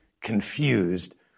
confused